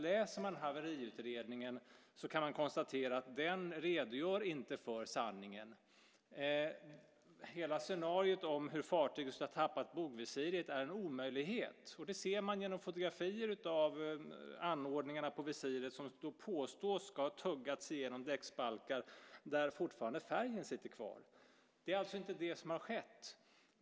Läser man haveriutredningen kan man konstatera att den inte redogör för sanningen. Hela scenariot om hur fartyget ska ha tappat bogvisiret är en omöjlighet. Det ser man på fotografier av anordningarna på visiret, som påstås ha tuggats genom däcksbalkar, där färgen fortfarande sitter kvar. Det är alltså inte det som har skett.